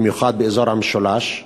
במיוחד באזור המשולש.